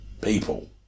people